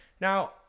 Now